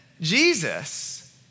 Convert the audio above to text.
Jesus